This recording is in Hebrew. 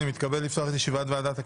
אני מתכבד לפתוח את ישיבת ועדת הכנסת.